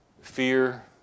fear